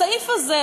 הסעיף הזה,